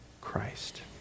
Christ